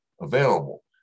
available